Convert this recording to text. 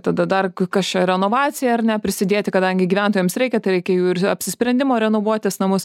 tada dar kas čia renovacija ar ne prisidėti kadangi gyventojams reikia tai reikia jų ir apsisprendimo renovuotis namus